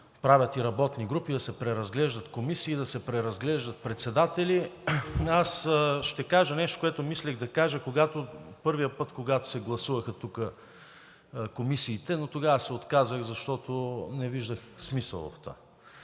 правят работни групи, за да се преразглеждат комисии, да се преразглеждат председатели, аз ще кажа нещо, което мислех да кажа първия път, когато се гласуваха тук комисиите. Тогава се отказах, защото не виждах смисъл от това.